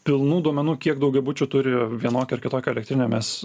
pilnų duomenų kiek daugiabučių turi vienokią ar kitokią elektrinę mes